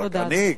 רק אני,